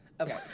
Okay